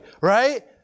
right